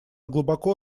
глубоко